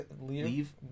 Leave